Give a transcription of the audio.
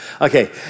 Okay